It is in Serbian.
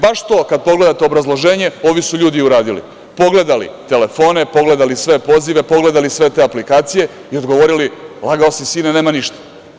Baš to, kada pogledate obrazloženje, ovi su ljudi uradili, pogledali telefone, pogledali sve pozive, pogledali sve te aplikacije i odgovorili – lagao si sine, nema ništa.